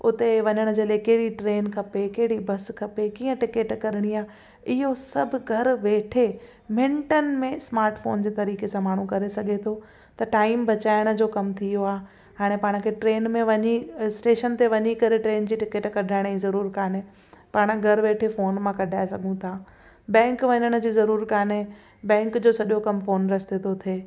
उते वञण जे लाइ कहिड़ी ट्रेन खपे कहिड़ी बस खपे कीअं टिकट करणी आहे इहो सभु घरु वेठे मिंटनि में स्माटफोन जे तरीक़े सां माण्हू करे सघे थो त टाइम बचाइण जो कम थी वियो आहे हाणे पाण खे ट्रेन में वञी स्टेशन ते वञी करे ट्रेन जी टिकट कढाइण जी ज़रूर कोन्हे पाण घरु वेठे फोन मां कढाए सघूं था बैंक वञण जी ज़रूर कोन्हे बैंक जो सॼो कमु फोन रस्ते थो थिए